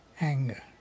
anger